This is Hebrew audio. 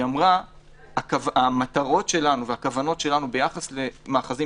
היא אמרה שהמטרות שלנו והכוונות שלנו ביחס למאחזים